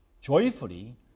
joyfully